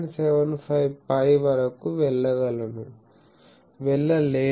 75 π వరకు వెళ్ళలేను